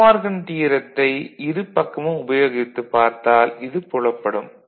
tea Morgan தியரத்தை இருப்பக்கமும் உபயோகித்துப் பார்த்தால் இது புலப்படும்